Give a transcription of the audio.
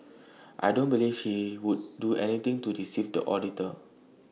I don't believe he would do anything to deceive the auditor